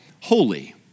holy